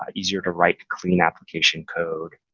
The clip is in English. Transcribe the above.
ah easier to write clean application code.